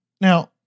Now